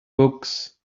books